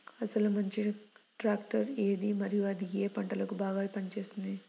అసలు మంచి ట్రాక్టర్ ఏది మరియు అది ఏ ఏ పంటలకు బాగా పని చేస్తుంది?